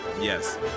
yes